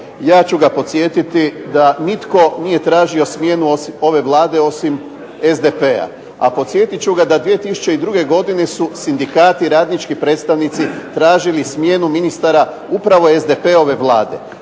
Ja ću ga podsjetiti da nitko nije tražio smjenu ove Vlade osim SDP. A podsjetit ću ga da 2002. godine su sindikati, radnički predstavnici tražili smjenu ministara upravo SDP-ove vlade.